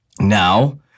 now